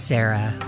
Sarah